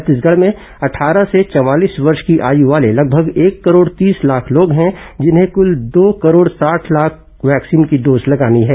छत्तीसगढ़ में अट्ठारह से चवालीस वर्ष की आय वाले लगभग एक करोड़ तीस लाख लोग हैं जिन्हें कुल दो करोड़ साठ लाख वैक्सीन की डोज लगनी है